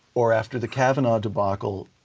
or after the kavanaugh debacle,